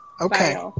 Okay